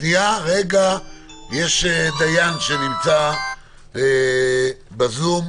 יש דיין שנמצא בזום.